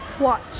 watch